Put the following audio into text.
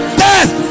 death